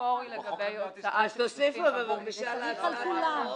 --- צריך להיות על כולם.